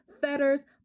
fetters